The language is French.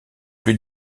plus